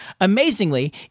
Amazingly